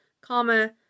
comma